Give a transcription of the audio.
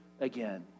again